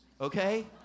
okay